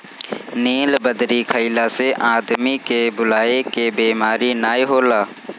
नीलबदरी खइला से आदमी के भुलाए के बेमारी नाइ होला